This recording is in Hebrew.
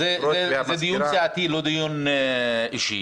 זה דיון סיעתי, לא דיון אישי,